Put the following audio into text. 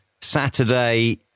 Saturday